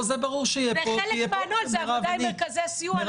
וחלק מהנוהל היא עבודה עם מרכזי הסיוע.